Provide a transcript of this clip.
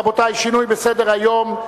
רבותי, שינוי בסדר-היום,